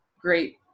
great